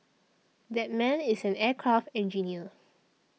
that man is an aircraft engineer